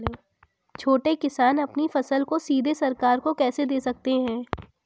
छोटे किसान अपनी फसल को सीधे सरकार को कैसे दे सकते हैं?